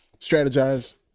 strategize